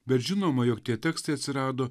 bet žinoma jog tie tekstai atsirado